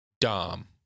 Dom